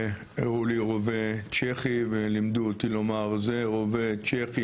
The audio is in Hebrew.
הראו לי רובה צ'כי ולימדו אותי לומר שזה רובה צ'כי